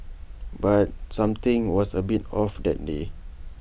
but something was A bit off that day